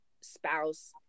spouse